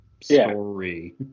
story